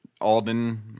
Alden